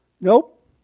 Nope